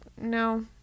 no